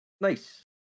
Nice